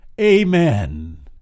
Amen